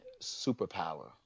superpower